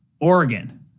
Oregon